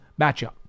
matchup